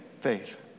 faith